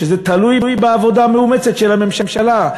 שזה תלוי בעבודה מאומצת של הממשלה,